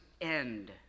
end